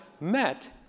met